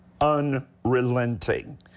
unrelenting